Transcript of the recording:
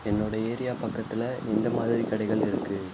என்னோட ஏரியா பக்கத்தில் எந்த மாதிரி கடைகள் இருக்குது